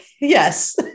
Yes